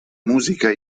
musica